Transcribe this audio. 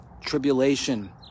Tribulation